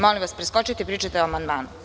Molim vas, preskočite i pričajte o amandmanu.